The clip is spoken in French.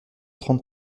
trente